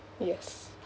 yes